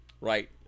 right